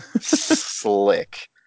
Slick